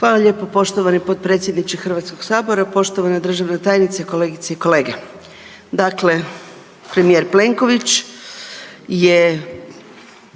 Hvala lijepo poštovani potpredsjedniče HS-a, poštovana državna tajnice, kolegice i kolege. Dakle, premijer Plenković je